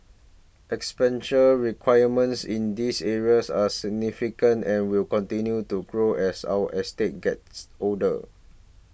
expenditure requirements in these areas are significant and will continue to grow as our estates gets older